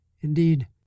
Indeed